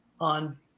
on